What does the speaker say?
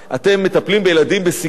אתם מטפלים בילדים בסיכון.